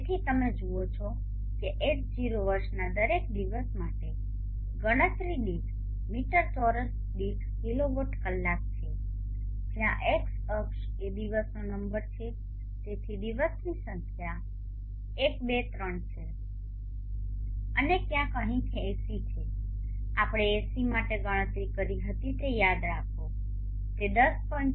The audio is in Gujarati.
તેથી તમે જુઓ છો કે આ H0 વર્ષના દરેક દિવસ માટે ગણતરી દીઠ મીટર ચોરસ દીઠકિલોવોટ કલાક છે જ્યાં એક્સ અક્ષ એ દિવસનો નંબર છે તેથી દિવસની સંખ્યા એક બે ત્રણ છે અને ક્યાંક અહીં એંસી છે આપણે એંસી માટે ગણતરી કરી હતી તે યાદ રાખો કે તે 10